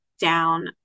down